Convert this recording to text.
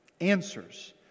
answers